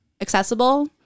accessible